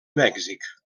mèxic